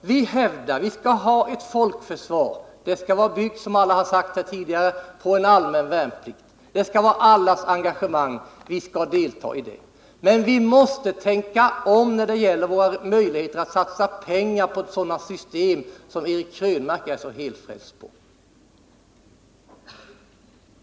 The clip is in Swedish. Vi hävdar att vi skall ha ett folkförsvar. Och det skall, som alla här sagt tidigare, bygga på allmän värnplikt, på allas engagemang — vi skall delta i det. Men vi måste tänka om när det gäller våra möjligheter att satsa pengar på sådana system som Eric Krönmark är så helfrälst på.